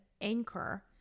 anchor